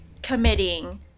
committing